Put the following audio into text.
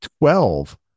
Twelve